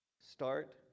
start